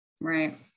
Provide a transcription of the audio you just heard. right